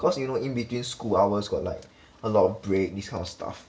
cause you know in between school hours got like a lot of break this kind of stuff